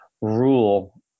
rule